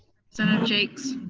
sort of jaques?